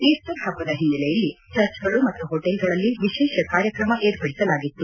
Easter ಹಬ್ಬದ ಹಿನ್ನೆಲೆಯಲ್ಲಿ ಚರ್ಚ್ಗಳು ಮತ್ತು ಹೋಟೆಲ್ಗಳಲ್ಲಿ ವಿಶೇಷ ಕಾರ್ಯಕ್ರಮ ಏರ್ಪಡಿಸಲಾಗಿತ್ತು